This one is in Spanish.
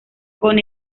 con